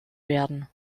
werden